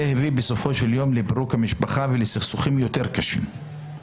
זה הביא בסופו של יום לפירוק המשפחה ולסכסוכים יותר קשים.